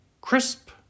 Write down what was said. crisp